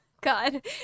God